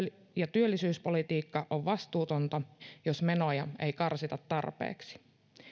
ja työllisyyspolitiikka on vastuutonta jos menoja ei karsita tarpeeksi